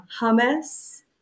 hummus